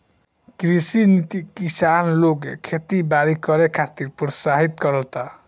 कृषि नीति किसान लोग के खेती बारी करे खातिर प्रोत्साहित करता